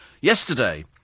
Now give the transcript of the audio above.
yesterday